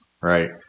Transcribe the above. right